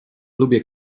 lubię